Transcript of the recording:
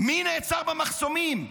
מי נעצר במחסומים’